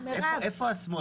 איפה השמאל?